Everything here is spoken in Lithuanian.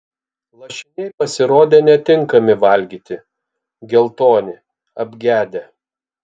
lašiniai pasirodė netinkami valgyti geltoni apgedę